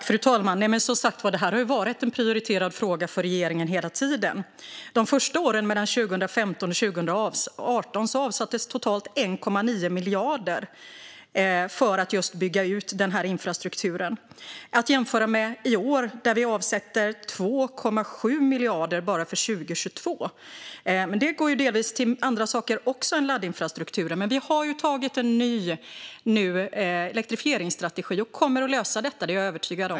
Fru talman! Det här har som sagt varit en prioriterad fråga för regeringen hela tiden. De första åren, mellan 2015 och 2018, avsattes totalt 1,9 miljarder för att bygga ut just den här infrastrukturen - att jämföra med i år, då vi avsätter 2,7 miljarder bara för 2022. Det går delvis till andra saker än laddinfrastruktur. Men vi har nu antagit en ny elektrifieringsstrategi och kommer att lösa detta; det är jag övertygad om.